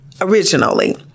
originally